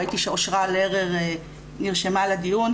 ראיתי שאושרה נרשמה לדיון,